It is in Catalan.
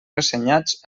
ressenyats